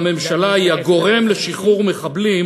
בממשלה היא הגורם לשחרור מחבלים,